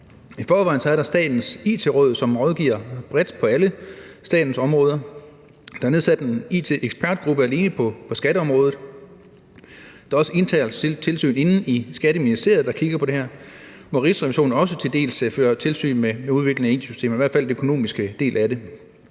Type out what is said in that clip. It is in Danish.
I forvejen er der Statens It-råd, som rådgiver bredt på alle statens områder. Der er nedsat en it-ekspertgruppe alene på skatteområdet. Der er også internt tilsyn inde i Skatteministeriet, der kigger på det her, hvor Rigsrevisionen til dels også fører tilsyn med udviklingen af it-systemer, i hvert fald den økonomiske del af det.